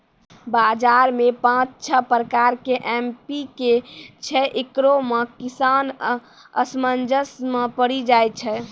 बाजार मे पाँच छह प्रकार के एम.पी.के छैय, इकरो मे किसान असमंजस मे पड़ी जाय छैय?